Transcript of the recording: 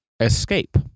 escape